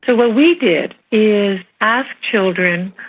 and what we did is ask children,